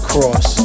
Cross